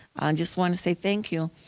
just want to say thank you,